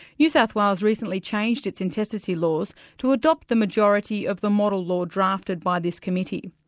new south wales recently changed its intestacy laws to adopt the majority of the model law drafted by this committee.